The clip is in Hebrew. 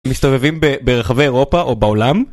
מסתובבים ברחבי אירופה או בעולם